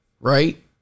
right